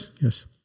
yes